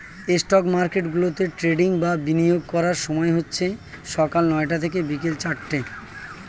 stock মার্কেটগুলোতে trading বা বিনিয়োগ করার সময় হচ্ছে সকাল নয়টা থেকে বিকেল চারটে